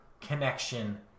connection